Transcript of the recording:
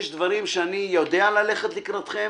יש דברים שאני יודע ללכת לקראתכם,